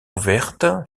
ouvertes